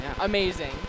amazing